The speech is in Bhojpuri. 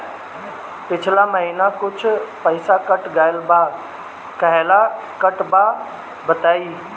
पिछला महीना कुछ पइसा कट गेल बा कहेला कटल बा बताईं?